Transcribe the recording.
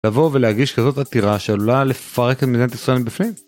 לבוא ולהגיש כזאת עתירה, שעלולה לפרק את מדינת ישראל בפנים.